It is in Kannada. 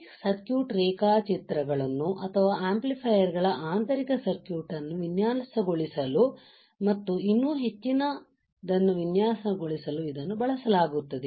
ಈ ಸರ್ಕ್ಯೂಟ್ ರೇಖಾಚಿತ್ರಗಳನ್ನು ಅಥವಾ ಆಂಪ್ಲಿಫೈಯರ್ ಗಳ ಆಂತರಿಕ ಸರ್ಕ್ಯೂಟ್ ಅನ್ನು ವಿನ್ಯಾಸಗೊಳಿಸಲು ಮತ್ತು ಇನ್ನೂ ಹೆಚ್ಚಿನದನ್ನು ವಿನ್ಯಾಸಗೊಳಿಸಲು ಇದನ್ನು ಬಳಸಲಾಗುತ್ತದೆ